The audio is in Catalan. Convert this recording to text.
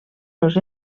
los